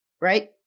Right